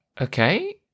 Okay